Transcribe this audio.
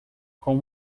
com